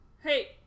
Hey